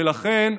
ולכן,